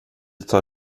tar